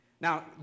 Now